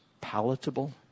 palatable